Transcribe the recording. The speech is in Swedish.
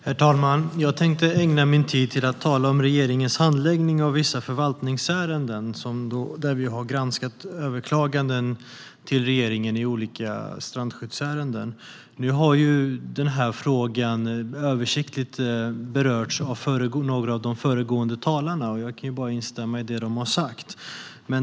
Herr talman! Jag tänkte ägna min tid till att tala om regeringens handläggning av vissa förvaltningsärenden, där vi har granskat överklaganden till regeringen i olika strandskyddsärenden. Denna fråga har översiktligt berörts av några av de föregående talarna. Jag instämmer i det de har sagt.